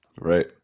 Right